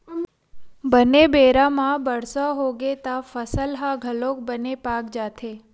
बने बेरा म बरसा होगे त फसल ह घलोक बने पाक जाथे